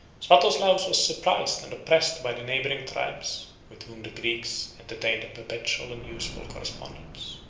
swatoslaus was surprised and oppressed by the neighboring tribes with whom the greeks entertained a perpetual and useful correspondence.